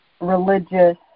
religious